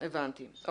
טוב.